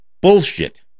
Bullshit